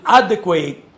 adequate